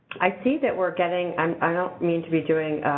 i see that we're getting um i don't mean to be doing